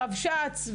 הרבש"צ,